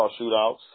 shootouts